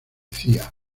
cía